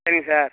சரிங்க சார்